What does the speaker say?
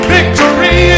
Victory